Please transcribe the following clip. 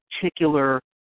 particular